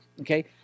okay